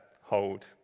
hold